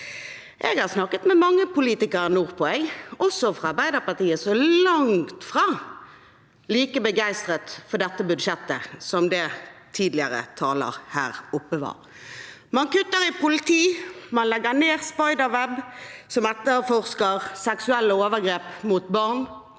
Jeg har snakket med mange politikere nordpå, også fra Arbeiderpartiet, som er langt fra like begeistret for dette budsjettet som det tidligere taler var. Man kutter i politi, og man legger ned Operasjon Spiderweb, som etterforsker seksuelle overgrep mot barn.